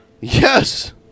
Yes